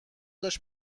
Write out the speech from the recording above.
داشت